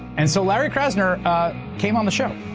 and so larry krasner came on the show.